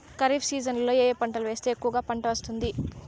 ఖరీఫ్ సీజన్లలో ఏ ఏ పంటలు వేస్తే ఎక్కువగా పంట వస్తుంది?